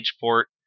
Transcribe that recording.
port